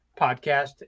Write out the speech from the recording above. podcast